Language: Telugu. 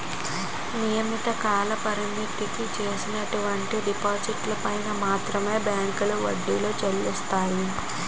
నియమిత కాలపరిమితికి చేసినటువంటి డిపాజిట్లు పైన మాత్రమే బ్యాంకులో వడ్డీలు చెల్లిస్తాయి